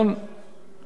הדוברים,